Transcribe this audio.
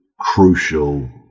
crucial